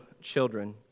children